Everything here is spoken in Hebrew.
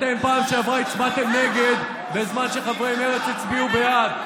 אתם בפעם שעברה הצבעתם נגד בזמן שחברי מרצ הצביעו בעד.